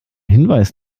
hinweis